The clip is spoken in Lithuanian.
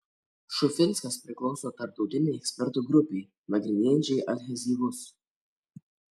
šufinskas priklauso tarptautinei ekspertų grupei nagrinėjančiai adhezyvus